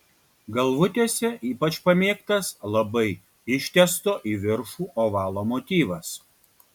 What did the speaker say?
galvutėse ypač pamėgtas labai ištęsto į viršų ovalo motyvas